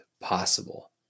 possible